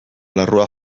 larrua